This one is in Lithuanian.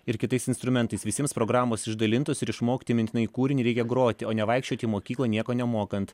ir kitais instrumentais visiems programos išdalintos ir išmokti mintinai kūrinį reikia groti o nevaikščioti į mokyklą nieko nemokant